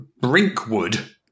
Brinkwood